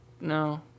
No